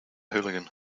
hooligan